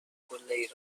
خوشحالییییی